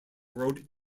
road